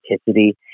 authenticity